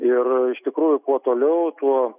ir iš tikrųjų kuo toliau tuo